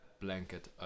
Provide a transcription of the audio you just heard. blanket